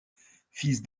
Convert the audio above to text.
fils